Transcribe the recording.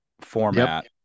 format